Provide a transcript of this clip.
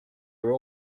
are